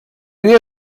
nie